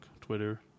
Twitter